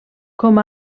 com